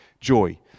joy